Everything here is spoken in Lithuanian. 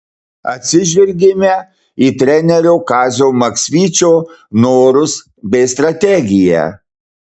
atsižvelgėme į trenerio kazio maksvyčio norus bei strategiją